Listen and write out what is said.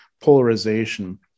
polarization